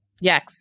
Yes